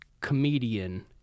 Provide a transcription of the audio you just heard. comedian